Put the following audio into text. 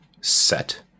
set